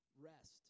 rest